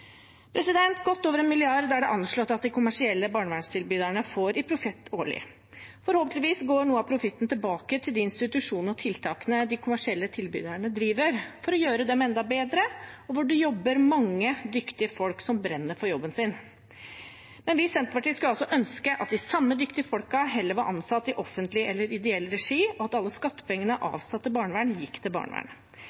Godt over 1 mrd. kr er det anslått at de kommersielle barnevernstilbyderne får i profitt årlig. Forhåpentligvis går noe av profitten tilbake til de institusjonene og tiltakene de kommersielle tilbyderne driver, for å gjøre dem enda bedre, og hvor det jobber mange dyktige folk som brenner for jobben sin. Men vi i Senterpartiet skulle ønske at de samme dyktige folkene heller var ansatt i offentlig eller ideell regi, og at alle skattepengene